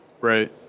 Right